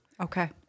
Okay